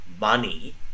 money